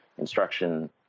Instruction